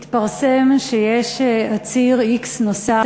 התפרסם שיש עציר x נוסף,